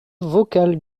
vocale